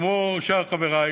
כמו שאר חברי,